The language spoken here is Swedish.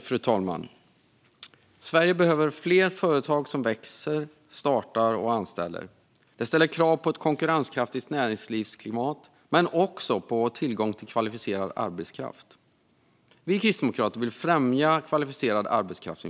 Fru talman! Sverige behöver fler företag som växer, startar och anställer. Det ställer krav på ett konkurrenskraftigt näringslivsklimat men också på tillgång till kvalificerad arbetskraft. Vi kristdemokrater vill främja invandring av kvalificerad arbetskraft.